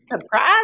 Surprise